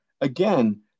again